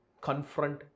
confront